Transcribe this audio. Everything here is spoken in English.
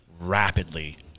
rapidly